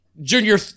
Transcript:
Junior